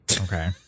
okay